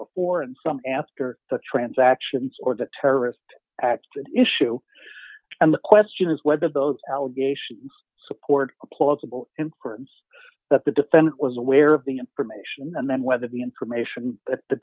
before and some after the transactions or the terrorist act issue and the question is whether those allegations support a plausible importance that the defendant was aware of the information and then whether the information th